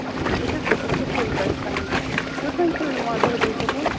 بہٕ چھَس سکوٗل پٮ۪ٹھ تۄہہِ تُہۍ کوٚنہٕ چھِو یِوان دۄہَے دۄہَے سکوٗل